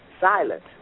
silent